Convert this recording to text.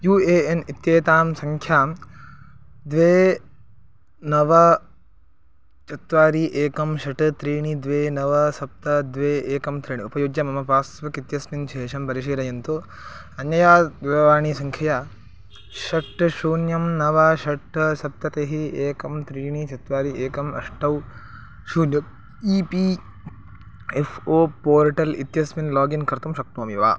you A N इत्येतां सङ्ख्यां द्वे नव चत्वारि एकं षट् त्रीणि द्वे नव सप्त द्वे एकं त्रिणि उपयुज्य मम पास्बुक् इत्यस्मिन् शेषं परिशीलयन्तु अन्यया दूरवाणीसङ्ख्यया षट् शून्यं नव षट् सप्ततिः एकं त्रीणि चत्वारि एकम् अष्टौ शून्य E P F O portal इत्यस्मिन् लागिन् कर्तुं शक्नोमि वा